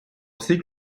всі